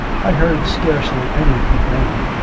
i heard scarcely any complaining.